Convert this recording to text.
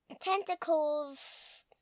tentacles